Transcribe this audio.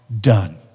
done